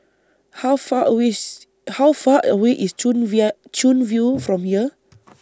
How Far away IS How Far away IS Chuan Chuan View from here